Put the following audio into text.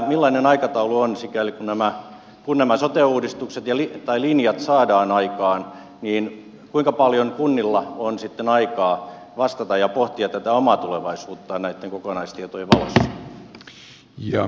millainen aikataulu on sikäli kuin tai kun nämä sote linjat saadaan aikaan kuinka paljon kunnilla on sitten aikaa vastata ja pohtia tätä omaa tulevaisuuttaan näitten kokonaistietojen valossa